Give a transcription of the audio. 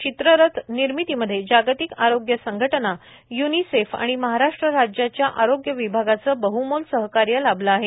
चित्ररथ निर्मितीमध्ये जागतिक आरोग्य संघटना युनिसेफ आणि महाराष्ट्र राज्याच्या आरोग्य विभागाचे बह्मोल सहकार्य लाभले आहे